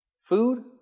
Food